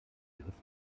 begriff